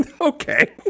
okay